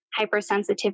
hypersensitivity